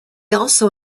also